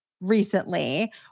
recently